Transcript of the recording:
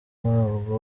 ntabwo